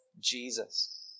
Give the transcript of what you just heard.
Jesus